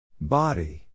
Body